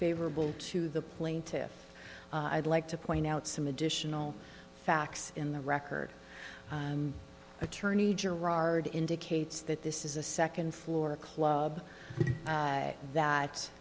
favorable to the plaintiffs i'd like to point out some additional facts in the record and attorney gerard indicates that this is a second floor club that th